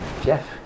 Jeff